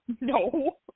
No